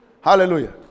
Hallelujah